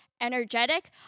energetic